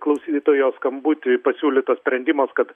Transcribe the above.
klausytojo skambuty pasiūlytas sprendimas kad